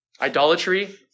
idolatry